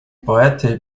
poety